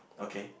okay